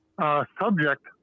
subject